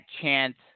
chance